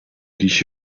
kies